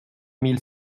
mille